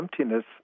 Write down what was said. emptiness